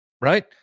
right